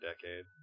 decade